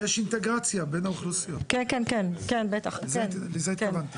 יש אינטגרציה בין האוכלוסיות, לזה התכוונתי.